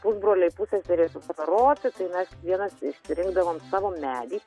pusbroliai pusseserės vasaroti tai mes kiekvienas išsirinkdavom savo medį